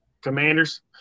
Commanders